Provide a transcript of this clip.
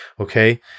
Okay